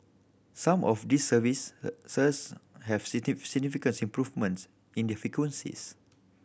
some of these service have city significant improvements in their frequencies